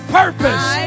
purpose